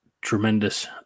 tremendous